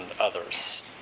others